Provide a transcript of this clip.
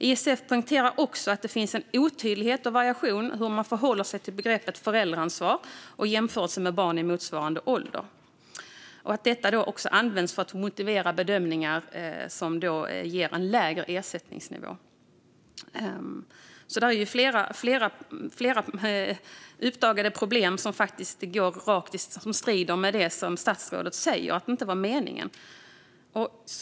ISF poängterar också att det finns en otydlighet och variation när det gäller hur man förhåller sig till begreppet föräldraansvar och jämförelsen med barn i motsvarande ålder och att detta också används för att motivera bedömningar som ger en lägre ersättningsnivå. Det finns alltså flera uppdagade problem som faktiskt strider mot det som statsrådet säger om att det inte var meningen.